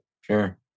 Sure